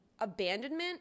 abandonment